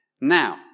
Now